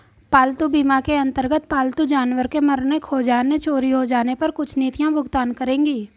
पालतू बीमा के अंतर्गत पालतू जानवर के मरने, खो जाने, चोरी हो जाने पर कुछ नीतियां भुगतान करेंगी